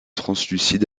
translucide